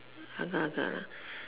agak agak lah